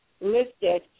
listed